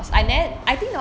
orh